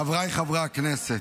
חבריי חברי הכנסת,